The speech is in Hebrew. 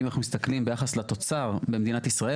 אם אנחנו מסתכלים ביחס לתוצר במדינת ישראל